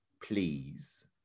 please